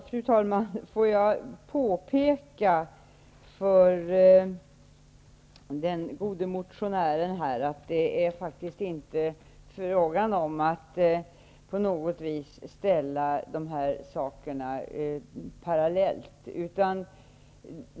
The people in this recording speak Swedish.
Fru talman! Får jag påpeka för den gode motionären att det faktiskt inte är fråga om att på något vis ställa dessa två saker parallellt.